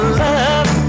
love